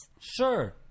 Sure